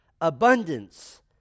abundance